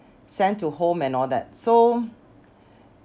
send to home and all that so